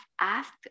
asked